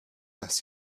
das